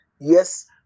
yes